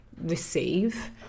receive